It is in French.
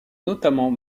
notamment